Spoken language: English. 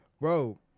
Bro